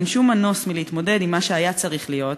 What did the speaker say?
אין שום מנוס מלהתמודד עם מה שהיה צריך להיות,